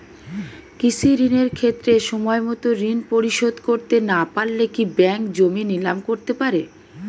কৃষিঋণের ক্ষেত্রে সময়মত ঋণ পরিশোধ করতে না পারলে কি ব্যাঙ্ক জমি নিলাম করতে পারে?